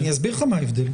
אני אסביר לך מה ההבדל.